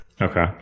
Okay